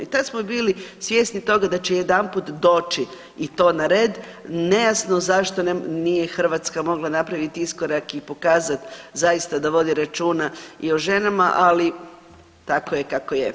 I tad smo bili svjesni toga da će jedanput doći i to na red, nejasno zašto nije Hrvatska mogla napraviti iskorak i pokazat zaista da vodi računa i o ženama, ali tako je kako je.